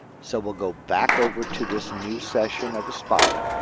so we'll go back over to this new session of aspire.